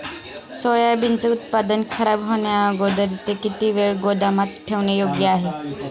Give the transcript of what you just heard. सोयाबीनचे उत्पादन खराब होण्याअगोदर ते किती वेळ गोदामात ठेवणे योग्य आहे?